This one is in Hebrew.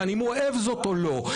אם הוא אוהב זאת או לא,